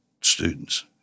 students